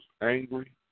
angry